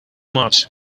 much